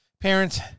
parents